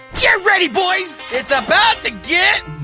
yeah ready, boys! it's about to get.